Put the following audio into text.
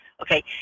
Okay